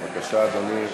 בבקשה, אדוני.